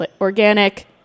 organic